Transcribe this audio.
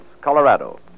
Colorado